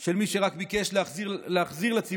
של מי שרק ביקש להחזיר לציבור